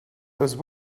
those